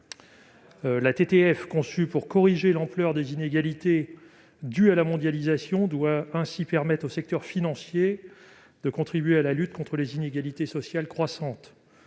La TTF, conçue pour corriger l'ampleur des inégalités dues à la mondialisation, doit ainsi permettre au secteur financier de contribuer à la lutte contre les inégalités sociales croissantes.